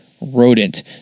rodent